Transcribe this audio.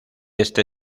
este